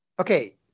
Okay